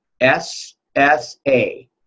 S-S-A